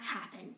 happen